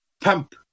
pump